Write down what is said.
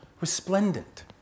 resplendent